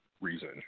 reason